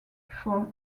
for